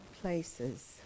places